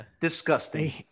disgusting